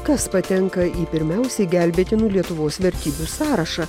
kas patenka į pirmiausiai gelbėtinų lietuvos vertybių sąrašą